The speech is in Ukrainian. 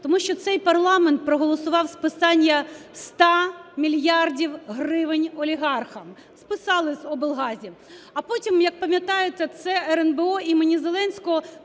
тому що цей парламент проголосував списання 100 мільярдів гривень олігархам, списали з облгазів. А потім, як пам'ятаєте, це РНБО імені Зеленського